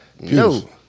no